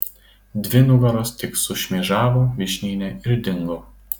dvi nugaros tik sušmėžavo vyšnyne ir dingo